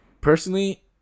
personally